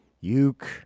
Uke